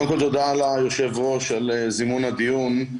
קודם כל תודה ליושב הראש על זימון הדיון.